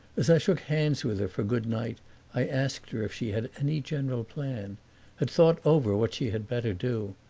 as i shook hands with her for goodnight i asked her if she had any general plan had thought over what she had better do.